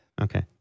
Okay